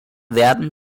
werden